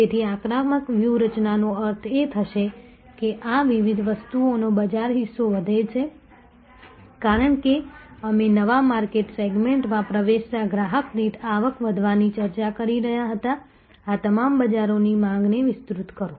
તેથી આક્રમક વ્યૂહરચનાનો અર્થ એ થશે કે આ વિવિધ વસ્તુઓનો બજાર હિસ્સો વધે છે કારણ કે અમે નવા માર્કેટ સેગમેન્ટમાં પ્રવેશતા ગ્રાહક દીઠ આવક વધવાની ચર્ચા કરી રહ્યા હતા આ તમામની બજારની માંગને વિસ્તૃત કરો